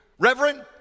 Reverend